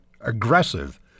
aggressive